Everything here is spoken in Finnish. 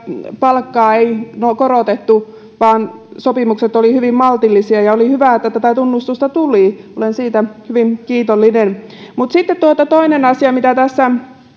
palkkaa ei korotettu vaan sopimukset olivat hyvin maltillisia oli hyvä että tätä tunnustusta tuli olen siitä hyvin kiitollinen mutta sitten toinen asia kun tässä